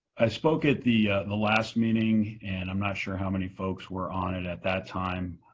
i spoke at the the last meeting and i'm not sure how many folks were on it at that time,